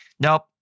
Nope